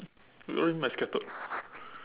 what you mean by scattered